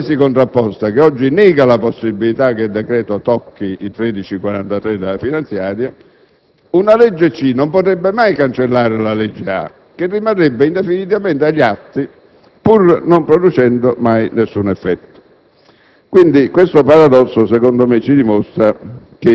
"A", e la cancelli dal sistema giuridico. Secondo la tesi contrapposta, che oggi nega la possibilità che il decreto tocchi il comma 1343 della finanziaria, una legge "C" non potrebbe mai cancellare la legge "A", che rimarrebbe indefinitamente agli atti, pur non producendo mai alcun effetto.